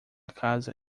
casa